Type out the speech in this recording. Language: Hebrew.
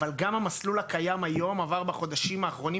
אבל גם המסלול הקיים היום עבר בחודשים האחרונים